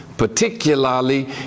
particularly